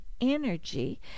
energy